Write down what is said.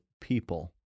people